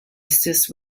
assist